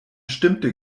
stimmte